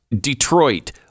Detroit